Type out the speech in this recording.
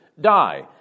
die